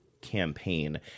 campaign